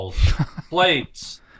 plates